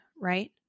right